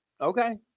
Okay